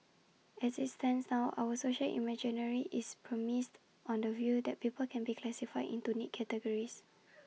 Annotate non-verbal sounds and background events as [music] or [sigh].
as IT stands now our social imaginary is premised on the view that people can be classified into neat categories [noise]